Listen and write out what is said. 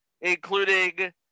including